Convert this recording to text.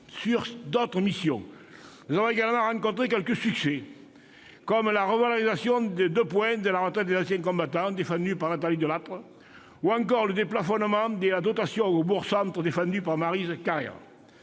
Sur d'autres missions, nous avons également rencontré quelque succès, comme la revalorisation de 2 points de la retraite des anciens combattants, défendue par Nathalie Delattre, ou encore le déplafonnement de la dotation aux bourgs-centres, défendu par Maryse Carrère.